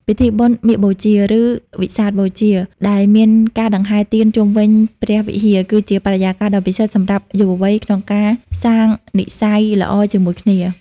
ពិធីបុណ្យ "មាឃបូជា" ឬ "វិសាខបូជា" ដែលមានការដង្ហែទៀនជុំវិញព្រះវិហារ គឺជាបរិយាកាសដ៏ពិសិដ្ឋសម្រាប់យុវវ័យក្នុងការសាងនិស្ស័យល្អជាមួយគ្នា។